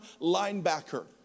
linebacker